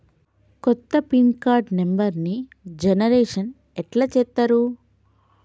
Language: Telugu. కొత్త పిన్ కార్డు నెంబర్ని జనరేషన్ ఎట్లా చేత్తరు?